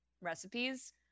recipes